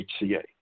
HCA